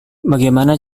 bagaimana